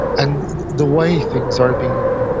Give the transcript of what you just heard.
and the way things are being